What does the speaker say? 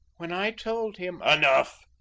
when i told him enough!